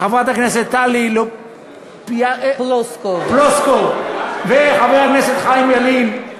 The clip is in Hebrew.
חברת הכנסת טלי פלוסקוב וחבר הכנסת חיים ילין,